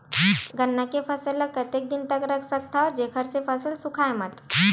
गन्ना के फसल ल कतेक दिन तक रख सकथव जेखर से फसल सूखाय मत?